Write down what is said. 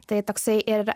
tai toksai ir